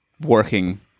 working